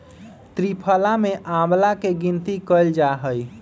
त्रिफला में आंवला के गिनती कइल जाहई